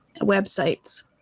websites